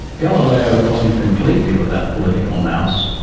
galileo wasn't completely without political nouse,